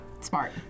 Smart